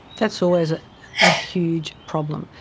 that's always a huge problem.